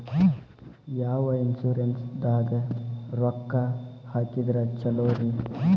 ಯಾವ ಇನ್ಶೂರೆನ್ಸ್ ದಾಗ ರೊಕ್ಕ ಹಾಕಿದ್ರ ಛಲೋರಿ?